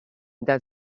that